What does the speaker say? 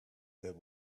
there